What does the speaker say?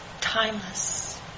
Timeless